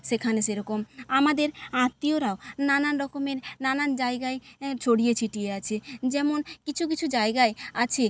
সেখানে সেরকম আমাদের আত্মীয়রাও নানান রকমের নানান জায়গায় ছড়িয়ে ছিটিয়ে আছে যেমন কিছু কিছু জায়গায় আছে